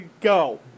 Go